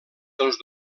dels